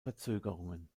verzögerungen